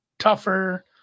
tougher